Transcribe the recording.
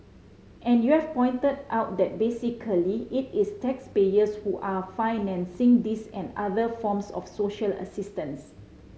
and you have pointed out that basically it is taxpayers who are financing this and other forms of social assistance